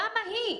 למה היא?